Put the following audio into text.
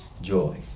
joy